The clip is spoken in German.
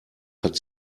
hat